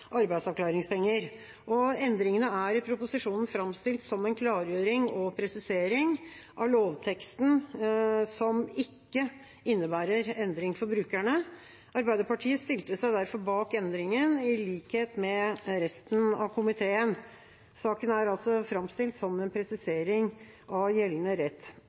arbeidsavklaringspenger. Endringene er i proposisjonen framstilt som en klargjøring og presisering av lovteksten som ikke innebærer noen endring for brukerne. Arbeiderpartiet stilte seg derfor bak endringen, i likhet med resten av komiteen. Saken er altså framstilt som en presisering av gjeldende rett